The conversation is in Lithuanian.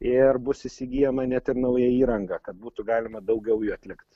ir bus įsigyjama net ir nauja įranga kad būtų galima daugiau jų atlikt